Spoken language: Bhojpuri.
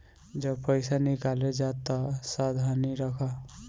जब पईसा निकाले जा तअ सावधानी रखअ